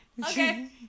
Okay